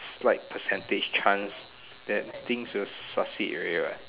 right percentage chance that things will succeed already what